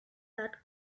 that